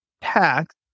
tax